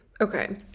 okay